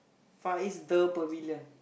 Far East the Pavilion